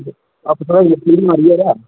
अज्ज भ्राऽ जकीन बी मरी एह्दा